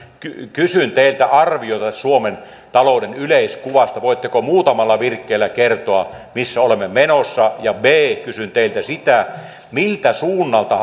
kysyn teiltä arviota suomen talouden yleiskuvasta voitteko muutamalla virkkeellä kertoa missä olemme menossa ja b kysyn teiltä miltä suunnalta